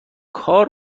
کار